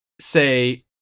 Say